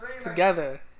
together